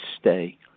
stay